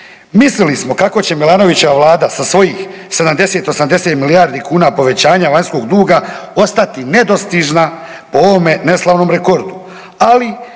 Mislili smo kako će Milanovićeva vlada sa svojih 70-80 milijardi kuna povećanja vanjskog duga ostati nedostižna po ovome neslavnom rekordu,